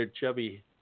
chubby